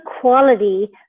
quality